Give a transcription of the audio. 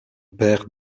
père